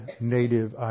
native